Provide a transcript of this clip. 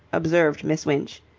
observed miss winch.